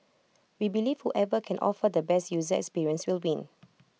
we believe whoever can offer the best user experience will win